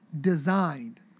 designed